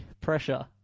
pressure